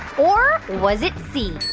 or was it c.